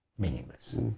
meaningless